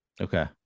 okay